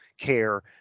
care